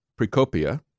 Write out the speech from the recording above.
Precopia